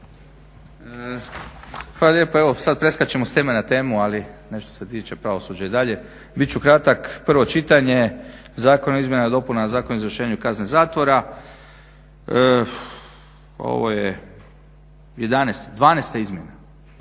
Hvala lijepa. Evo sad preskačemo s teme na temu, ali ne što se tiče pravosuđa i dalje. Bit ću kratak, prvo čitanje. Zakon o izmjenama i dopunama Zakona o izvršenju kazne zatvora. Ovo je 12 izmjena